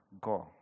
Go